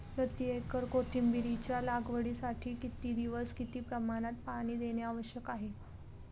प्रति एकर कोथिंबिरीच्या लागवडीसाठी किती दिवस किती प्रमाणात पाणी देणे आवश्यक आहे?